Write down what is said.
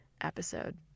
episode